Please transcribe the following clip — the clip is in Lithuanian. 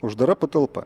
uždara patalpa